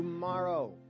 Tomorrow